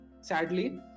sadly